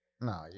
No